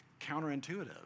counterintuitive